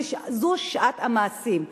זו שעת המעשים.